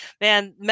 man